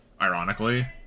ironically